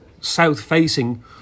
south-facing